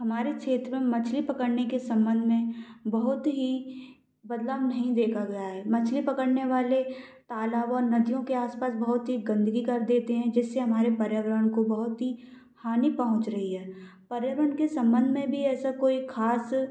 हमारे क्षेत्र में मछली पकड़ने के सम्बंध में बहुत ही बदलाव नहीं देखा गया है मछली पकड़ने वाले तालाब और नदियों के आसपास बहुत ही गंदगी कर देते हैं जिससे हमारे पर्यावरण को बहुत ही हानि पहुँच रही है पर्यावरण के सम्बंध में भी ऐसा कोई खास